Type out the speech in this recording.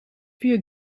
via